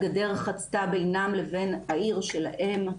הגדר חצתה בינם לבין בעיר שלהם.